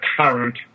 current